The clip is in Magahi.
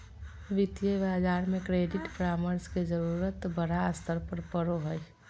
वित्तीय बाजार में क्रेडिट परामर्श के जरूरत बड़ा स्तर पर पड़ो हइ